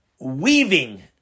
weaving